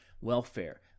welfare